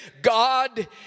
God